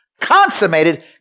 consummated